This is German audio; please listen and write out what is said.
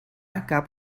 gab